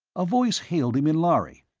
a voice hailed him, in lhari.